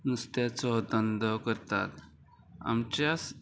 नुस्त्याचो धंदो करतात आमच्या